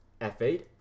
F8